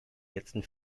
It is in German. letzten